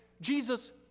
Jesus